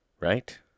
Right